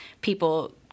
people